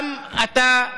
גם אתה,